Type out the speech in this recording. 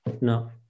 no